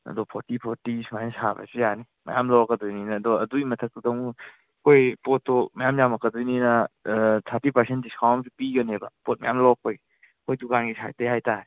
ꯑꯗꯣ forty forty ꯁꯨꯃꯥꯏꯅ ꯁꯥꯕꯁꯨ ꯌꯥꯅꯤ ꯃꯌꯥꯝ ꯂꯧꯔꯛꯀꯗꯣꯏꯅꯤꯅ ꯑꯗꯣ ꯑꯗꯨꯒꯤ ꯃꯊꯛꯇꯨꯗ ꯑꯃꯨꯛ ꯑꯩꯈꯣꯏ ꯄꯣꯠꯇꯣ ꯃꯌꯥꯝ ꯌꯥꯝꯃꯛꯀꯗꯣꯏꯅꯤꯅ ꯊꯥꯔꯇꯤ ꯄꯥꯔꯁꯦꯟ ꯗꯤꯁꯀꯥꯎꯟ ꯄꯤꯒꯅꯦꯕ ꯄꯣꯠ ꯃꯌꯥꯝ ꯂꯧꯔꯛꯄꯩ ꯑꯩꯈꯣꯏ ꯗꯨꯀꯥꯟꯒꯤ ꯁꯥꯏꯠꯇꯒꯤ ꯍꯥꯏꯇꯥꯔꯦ